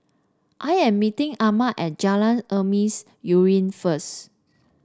I am meeting Ahmed at Jalan Emas Urai first